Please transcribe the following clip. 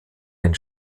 den